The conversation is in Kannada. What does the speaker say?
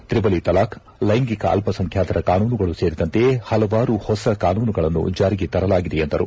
ತ್ರಿವಳಿ ತಲಾಖ್ ಲೈಂಗಿಕ ಅಲ್ಲಸಂಖ್ಯಾತರ ಕಾನೂನುಗಳು ಸೇರಿದಂತೆ ಹಲವಾರು ಹೊಸ ಕಾನೂನುಗಳನ್ನು ಜಾರಿಗೆ ತರಲಾಗಿದೆ ಎಂದರು